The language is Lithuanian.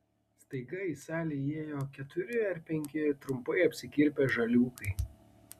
staiga į salę įėjo keturi ar penki trumpai apsikirpę žaliūkai